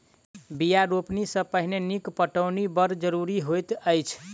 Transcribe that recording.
बीया रोपनी सॅ पहिने नीक पटौनी बड़ जरूरी होइत अछि